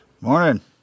Morning